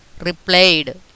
replied